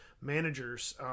managers